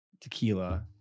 tequila